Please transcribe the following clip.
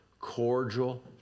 cordial